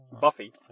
Buffy